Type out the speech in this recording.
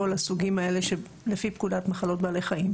הוא מסמן לפי מה שהיצרן בארץ המקור.